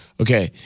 okay